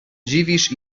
dziwisz